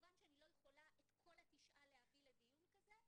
כמובן שאני לא יכולה להביא את כל התשעה לדיון כזה,